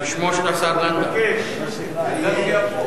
השר מרגי בשמו של השר לנדאו.